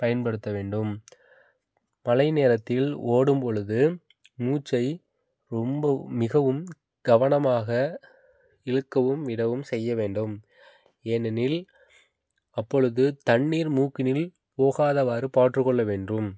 பயன்படுத்த வேண்டும் பலை நேரத்தில் ஓடும் பொழுது மூச்சை ரொம்ப மிகவும் கவனமாக இழுக்கவும் விடவும் செய்ய வேண்டும் ஏனெனில் அப்பொழுது தண்ணீர் மூக்கினில் போகாதவாறு பாற்றுக்கொள்ள வேண்டும்